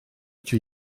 tri